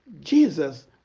Jesus